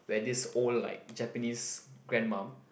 where this old like Japanese grandmum